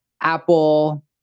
Apple